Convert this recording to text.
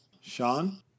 Sean